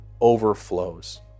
overflows